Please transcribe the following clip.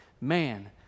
Man